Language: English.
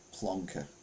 plonker